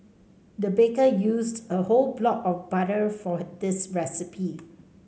the baker used a whole block of butter for this recipe